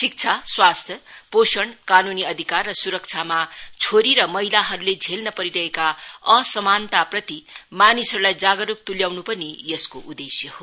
शिक्षा स्वास्थ्य पोषणकानुनी अधिकार र सुरक्षामा छोरी र महिलाहरूले झेल्न परिरहेका असमानताप्रति मानिसहरूलाई जागरूकता तुल्याउनु पनि यसको उद्देश्य हो